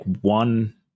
one